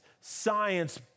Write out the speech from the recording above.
science